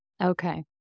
Okay